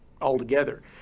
altogether